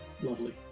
Lovely